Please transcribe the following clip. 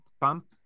pump